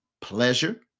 pleasure